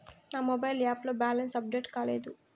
నా mobile app లో balance update కాలేదు